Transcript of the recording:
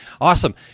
Awesome